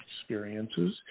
experiences